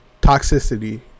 toxicity